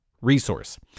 resource